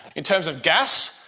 in terms of gas,